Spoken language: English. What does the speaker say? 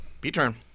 B-turn